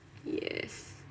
yes